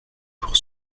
pour